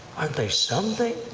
aren't they something?